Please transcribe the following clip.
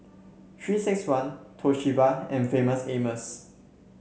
Three six one Toshiba and Famous Amos